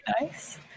nice